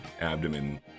abdomen